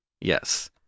Yes